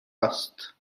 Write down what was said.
است